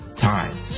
time